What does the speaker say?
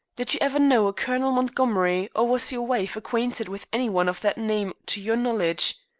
did you ever know a colonel montgomery, or was your wife acquainted with any one of that name to your knowledge?